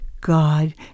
God